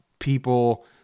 people